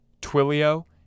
Twilio